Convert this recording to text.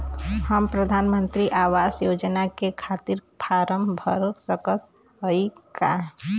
हम प्रधान मंत्री आवास योजना के खातिर फारम भर सकत हयी का?